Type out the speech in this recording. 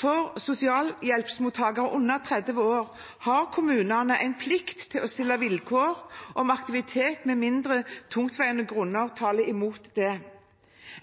For sosialhjelpsmottakere under 30 år har kommunene en plikt til å stille vilkår om aktivitet med mindre tungtveiende grunner taler imot det.